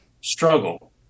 struggle